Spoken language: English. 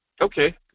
Okay